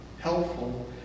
helpful